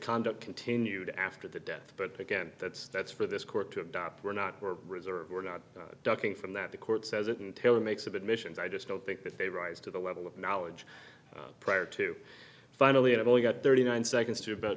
conduct continued after the death but again that's that's for this court to adopt we're not reserved we're not ducking from that the court says it and tailor make submissions i just don't think that they rise to the level of knowledge prior to finally i've only got thirty nine seconds to about